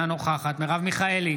אינה נוכחת מרב מיכאלי,